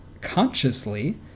consciously